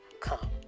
come